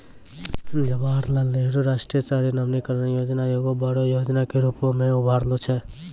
जवाहरलाल नेहरू राष्ट्रीय शहरी नवीकरण योजना एगो बड़ो योजना के रुपो मे उभरलो छै